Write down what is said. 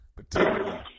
particularly